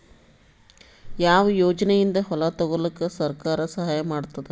ಯಾವ ಯೋಜನೆಯಿಂದ ಹೊಲ ತೊಗೊಲುಕ ಸರ್ಕಾರ ಸಹಾಯ ಮಾಡತಾದ?